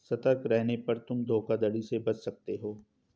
सतर्क रहने पर तुम धोखाधड़ी से बच सकते हो